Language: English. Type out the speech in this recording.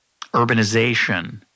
urbanization